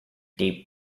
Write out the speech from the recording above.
deep